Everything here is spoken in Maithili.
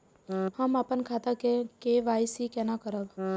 हम अपन खाता के के.वाई.सी केना करब?